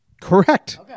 Correct